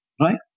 right